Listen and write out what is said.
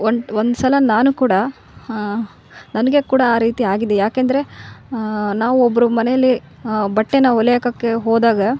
won't ಒಂದ್ಸಲ ನಾನು ಕೂಡ ನನಗೆ ಕೂಡ ಆ ರೀತಿ ಆಗಿದೆ ಯಾಕಂದರೆ ನಾವು ಒಬ್ಬರು ಮನೇಲಿ ಬಟ್ಟೆನ ಹೊಲೆ ಹಾಕಕ್ಕೆ ಹೋದಾಗ